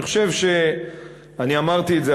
אני חושב שאמרתי את זה,